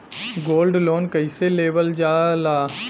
Gold loan कईसे लेवल जा ला?